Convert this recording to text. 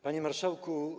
Panie Marszałku!